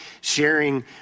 sharing